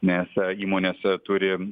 nes įmonės turi